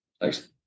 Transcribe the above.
Thanks